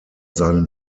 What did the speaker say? seinen